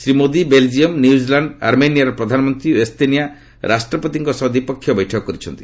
Shri Modi Belgium New Zealand ଆର୍ମେନିଆର ପ୍ରଧାନମନ୍ତ୍ରୀ ଓ ଏସ୍ତୋନିଆ ରାଷ୍ଟ୍ରପତିଙ୍କ ସହ ଦ୍ୱୀପକ୍ଷ ବୈଠକ କରିଛନ୍ତି